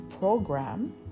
program